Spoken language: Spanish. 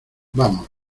vamos